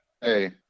Hey